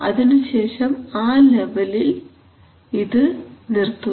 അതിനുശേഷം ആ ലെവലിൽ ഇത് നിർത്തുന്നു